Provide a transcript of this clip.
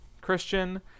Christian